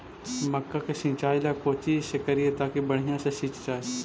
मक्का के सिंचाई ला कोची से करिए ताकी बढ़िया से सींच जाय?